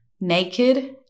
naked